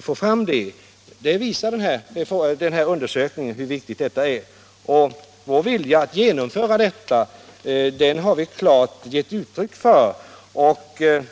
få igenom dem. Den nämnda undersökningen visar hur viktigt detta är, och vår vilja att genomföra det har vi klart gett uttryck för.